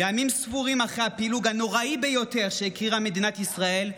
ימים ספורים אחרי הפילוג הנוראי ביותר שהכירה מדינת ישראל,